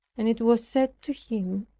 and it was said to him,